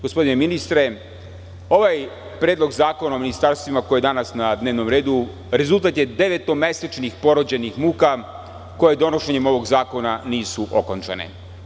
Gospodine ministre, ovaj predlog zakona o ministarstvima koji je danas na dnevnom redu rezultat je devetomesečnih porođajnih muka koje donošenjem ovog zakona nisu okončane.